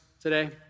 today